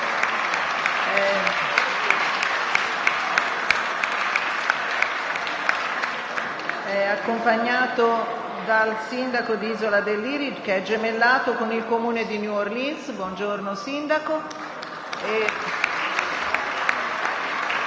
è accompagnato dal sindaco di Isola del Liri, che è gemellato con il comune di New Orleans. Buongiorno sindaco.